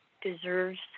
deserves